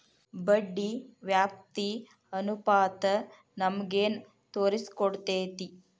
ಬಡ್ಡಿ ವ್ಯಾಪ್ತಿ ಅನುಪಾತ ನಮಗೇನ್ ತೊರಸ್ಕೊಡ್ತೇತಿ?